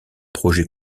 projet